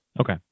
Okay